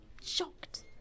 shocked